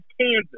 Kansas